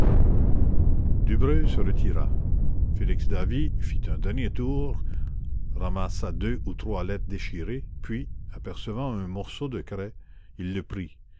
se retira félix davey fit un dernier tour ramassa deux ou trois lettres déchirées puis apercevant un morceau de craie il le prit